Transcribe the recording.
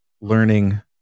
learning